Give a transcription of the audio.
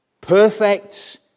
perfect